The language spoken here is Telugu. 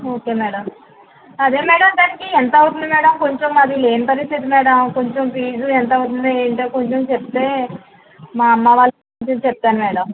ఓకే మేడం అదే మేడం దానికి ఎంత అవుతుంది మేడం కొంచెం మాది లేని పరిస్థితి మేడం కొంచెం ఫీజు ఎంత అవుతుందో ఏంటో కొంచెం చెప్తే మా అమ్మ వాళ్ళకి ఫోన్ చేసి చెప్తాను మేడం